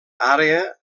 àrea